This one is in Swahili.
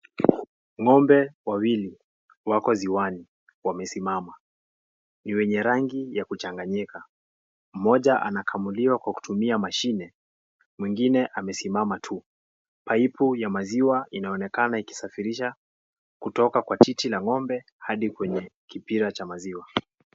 Ng'ombe wawili wako ziwani wamesimama, ni wenye rangi ya kuchanganyika, mmoja anakamuliwa kwa kutumia mashine mwingine amesimama tu, paipu ya maziwa inaonekana ikisafirisha kutoka kwa titi la ng'ombe hadi kwenye kipira cha maziwa.